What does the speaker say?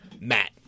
Matt